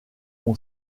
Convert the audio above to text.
mon